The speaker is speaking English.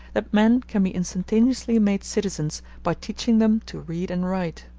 that men can be instantaneously made citizens by teaching them to read and write.